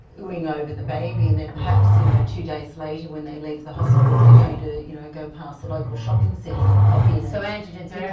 ooing over the baby, and then perhaps you know two days later when they leave the hospital, they're going to you know go past the local shopping centre and pop in. so, antigens are and